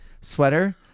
sweater